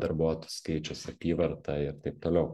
darbuotojų skaičius apyvarta ir taip toliau